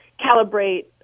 calibrate